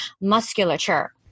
musculature